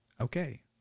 Okay